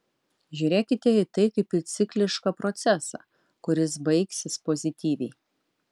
žiūrėkite į tai kaip į ciklišką procesą kuris baigsis pozityviai